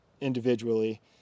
individually